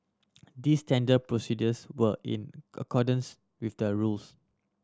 these tender procedures were in accordance with the rules